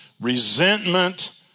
resentment